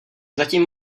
zatím